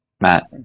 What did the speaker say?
Matt